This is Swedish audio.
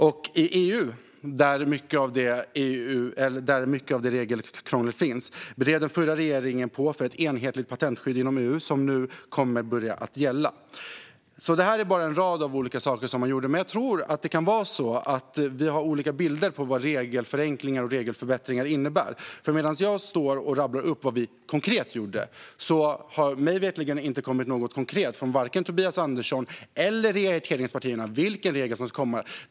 Och i EU, där mycket av regelkrånglet finns, drev den förra regeringen på för ett enhetligt patentskydd inom EU, som nu kommer att börja gälla. Detta är bara en del av de olika saker som man gjorde. Men jag tror att vi kan ha olika bilder av vad regelförenklingar och regelförbättringar innebär. Jag står och rabblar upp vad vi konkret gjorde, men mig veterligen har det inte kommit något konkret från vare sig Tobias Andersson eller regeringspartierna om vilken regel som kommer att tas bort.